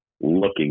looking